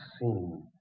seen